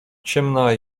ciemna